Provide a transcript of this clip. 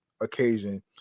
occasion